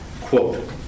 Quote